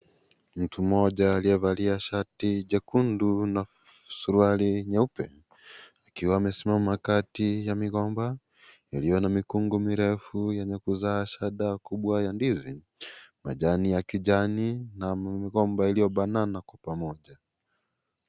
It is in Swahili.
Mtu mmoja aliyevalia shati jekundu na suruali nyeupe, akiwa amesimama kati ya migomba iliyo na mikungu mirefu yenye kuzaa shada kubwa ya ndizi, majani ya kijani na migomba iliyobanana kwa pamoja.